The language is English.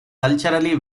culturally